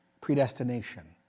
predestination